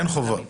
אין חובות.